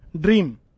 dream